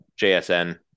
JSN